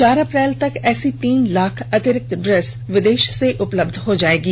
चार अप्रैल तक ऐसी तीन लाख अतिरिक्त ड्रेस विदेश से उपलब्ध हो जाएंगी